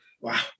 Wow